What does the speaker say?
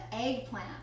eggplant